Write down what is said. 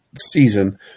season